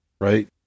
right